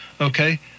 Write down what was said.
Okay